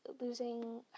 losing